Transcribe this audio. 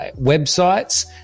websites